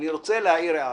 אני רוצה ברשותכם להעיר הערה.